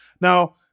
Now